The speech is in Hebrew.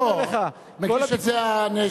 לא, מגיש את זה הנאשם,